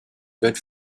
good